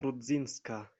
rudzinska